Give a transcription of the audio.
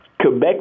Quebec